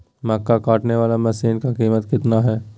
मक्का कटने बाला मसीन का कीमत कितना है?